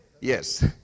Yes